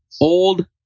Old